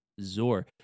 Zor